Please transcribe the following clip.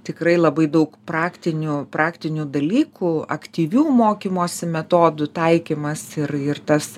tikrai labai daug praktinių praktinių dalykų aktyvių mokymosi metodų taikymas ir ir tas